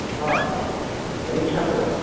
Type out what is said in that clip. आं परीक्षा कृतं